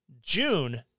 June